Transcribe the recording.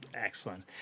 Excellent